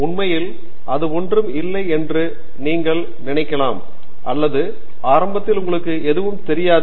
உண்மையில் அது ஒன்றும் இல்லை என்று நீங்கள் நினைக்கலாம் அல்லது ஆரம்பத்தில் உங்களுக்கு எதுவும் தெரியாது